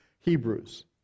Hebrews